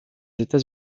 états